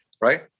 Right